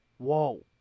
whoa